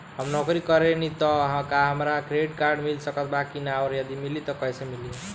हम नौकरी करेनी त का हमरा क्रेडिट कार्ड मिल सकत बा की न और यदि मिली त कैसे मिली?